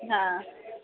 हां